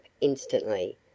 instantly